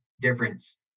difference